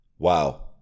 Wow